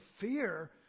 fear